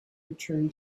return